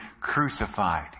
crucified